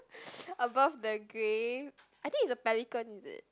above the grey I think is a pelican is it